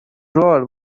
drawer